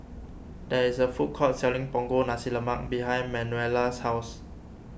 there is a food court selling Punggol Nasi Lemak behind Manuela's house